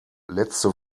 letzte